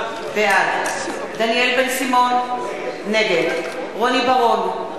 בעד דניאל בן-סימון, נגד רוני בר-און,